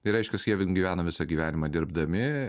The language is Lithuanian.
tai reiškias jie vien gyvena visą gyvenimą dirbdami